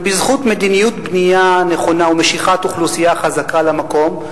בזכות מדיניות בנייה נכונה ומשיכת אוכלוסייה חזקה למקום,